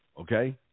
okay